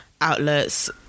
outlets